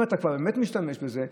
אם אתה כבר באמת משתמש בזה,